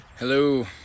Hello